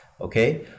okay